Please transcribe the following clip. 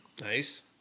Nice